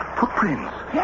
Footprints